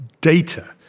data